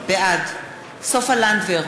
בעד סופה לנדבר,